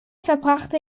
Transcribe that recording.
verbrachte